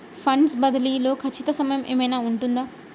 Funds బదిలీ లో ఖచ్చిత సమయం ఏమైనా ఉంటుందా?